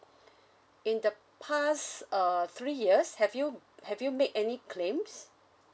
in the past uh three years have you have you made any claims